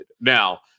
Now